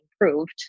improved